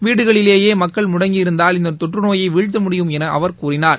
வீடுகளிலேயே மக்கள் முடங்கியிருந்தால் இந்த தொற்றநோயை வீழ்த்த முடியும் என அவர் கூறினார்